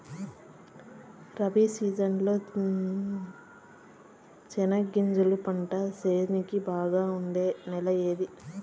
Rabi season లో చెనగగింజలు పంట సేసేకి బాగా ఉండే నెల ఏది?